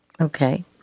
Okay